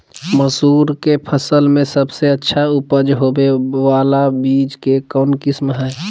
मसूर के फसल में सबसे अच्छा उपज होबे बाला बीज के कौन किस्म हय?